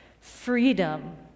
Freedom